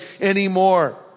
anymore